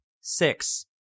Six